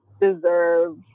deserve